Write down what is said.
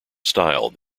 style